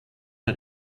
der